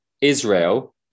Israel